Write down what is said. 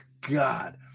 God